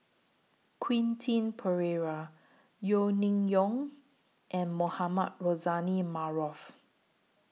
Quentin Pereira Yeo Ning Yong and Mohamed Rozani Maarof